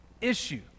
issue